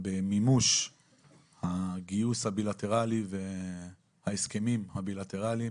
במימוש הגיוס הבילטרלי וההסכמים הבילטרליים